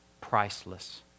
priceless